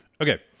Okay